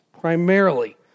Primarily